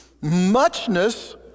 muchness